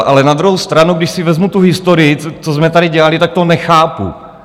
Ale na druhou stranu, když si vezmu tu historii, co jsme tady dělali, tak to nechápu.